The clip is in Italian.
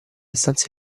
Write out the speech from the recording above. stanze